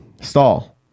stall